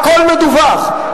הכול מדווח.